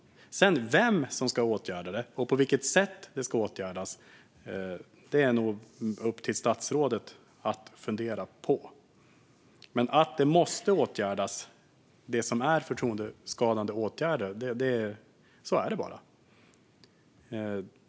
Vem som ska åtgärda det och på vilket sätt det ska åtgärdas är nog upp till statsrådet att fundera på. Men det som är förtroendeskadande måste åtgärdas. Så är det bara.